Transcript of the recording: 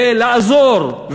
ולעזור,